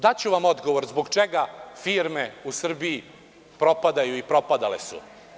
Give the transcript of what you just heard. Daću vam odgovor zbog čega firme u Srbiji propadaju i propadale su.